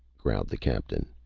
growled the captain.